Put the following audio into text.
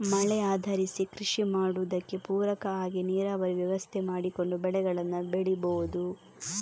ಮಳೆ ಆಧರಿಸಿ ಕೃಷಿ ಮಾಡುದಕ್ಕೆ ಪೂರಕ ಆಗಿ ನೀರಾವರಿ ವ್ಯವಸ್ಥೆ ಮಾಡಿಕೊಂಡು ಬೆಳೆಗಳನ್ನ ಬೆಳೀಬಹುದು